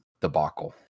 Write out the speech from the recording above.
debacle